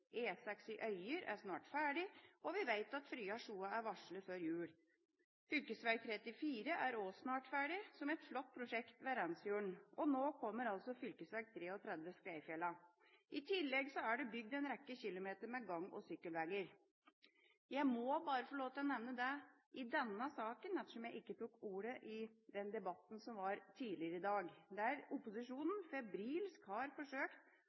i Øyer er snart ferdig, og vi vet at Frya–Sjoa er varslet før jul. Fv. 34 er også snart ferdig, som et flott prosjekt ved Randsfjorden, og nå kommer altså fv. 33 Skreifjella. I tillegg er det bygd en rekke kilometer med gang- og sykkelveger. Jeg må bare få lov til å nevne dette i denne saken, ettersom jeg ikke tok ordet i den debatten som var tidligere i dag, der